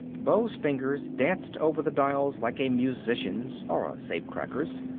beau's fingers danced over the dials like a musician's, or a safe-cracker's.